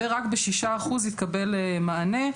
ורק ב-6% התקבל מענה.